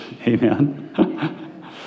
amen